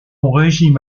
régime